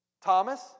Thomas